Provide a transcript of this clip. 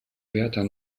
wärter